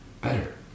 better